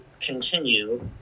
continue